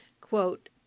Quote